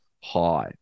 high